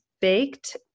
baked